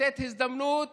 לתת הזדמנות